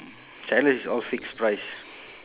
channel is all fixed price